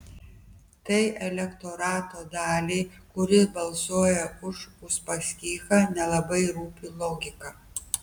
tai elektorato daliai kuri balsuoja už uspaskichą nelabai rūpi logika